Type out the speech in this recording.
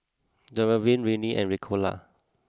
Dermaveen Rene and Ricola